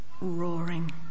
roaring